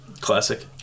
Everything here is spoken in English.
classic